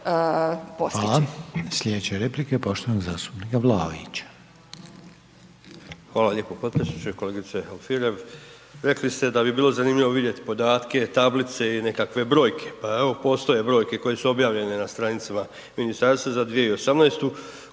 (HDZ)** Slijedeća replika je poštovanog zastupnika Vlaovića.